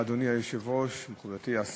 אדוני היושב-ראש, תודה רבה לך, מכובדתי השרה,